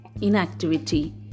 inactivity